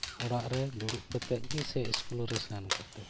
ᱟᱲᱟᱜ ᱨᱮ ᱫᱩᱲᱩᱵ ᱠᱟᱛᱮ ᱜᱮ ᱥᱮ ᱥᱠᱩᱞ ᱨᱮ ᱥᱮᱱ ᱠᱟᱛᱮ